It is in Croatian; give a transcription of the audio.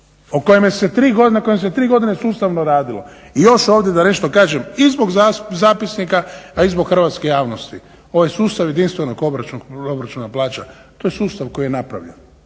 o kojem se 3 godine sustavno radilo. I još ovdje da nešto kažem, i zbog zapisnika, a i zbog hrvatske javnosti, ovo je sustav jedinstvenog obračuna plaća, to je sustav koji je napravljen,